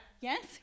yes